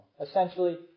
Essentially